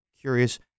curious